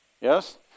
yes